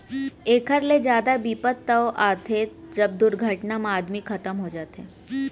एकर ले जादा बिपत तव आथे जब दुरघटना म आदमी खतम हो जाथे